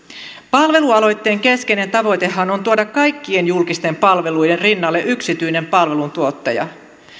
palvelualoitteen keskeinen tavoitehan on tuoda kaikkien julkisten palvelujen rinnalle yksityinen palveluntuottaja